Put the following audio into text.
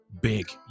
big